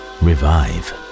revive